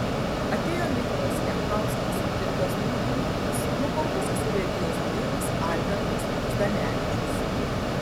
atėjo mykolas jankauskas ir kazlų rūdos mokomosios urėdijos urėdas albertas zdanevičius